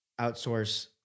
outsource